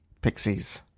Pixies